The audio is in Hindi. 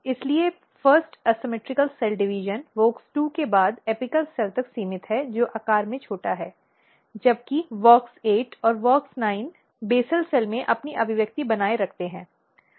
लेकिन पहले असममित सेल डिवीजन WOX2 के बाद एपिकल सेल तक सीमित है जो आकार में छोटा है जबकि WOX 8 और WOX 9 वे बेसल सेल में अपनी अभिव्यक्ति बनाए रखते हैं